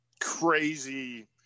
crazy